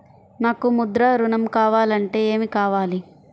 నాకు ముద్ర ఋణం కావాలంటే ఏమి కావాలి?